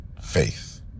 faith